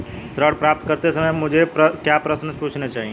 ऋण प्राप्त करते समय मुझे क्या प्रश्न पूछने चाहिए?